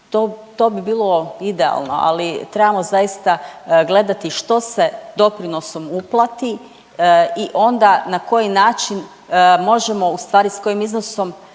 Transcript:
To bi bilo idealno, ali trebamo zaista gledati što se doprinosom uplati i onda na koji način možemo u stvari sa kojim iznosom